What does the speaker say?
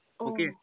Okay